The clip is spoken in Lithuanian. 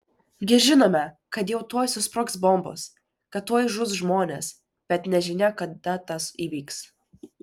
gi žinome kad jau tuoj susprogs bombos kad tuoj žus žmonės bet nežinia kada tas įvyks